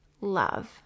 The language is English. love